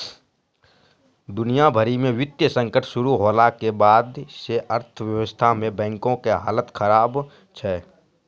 दुनिया भरि मे वित्तीय संकट शुरू होला के बाद से अर्थव्यवस्था मे बैंको के हालत खराब छै